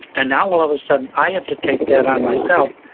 and now all of a sudden i have to take that on myself,